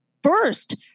First